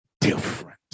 different